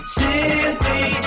simply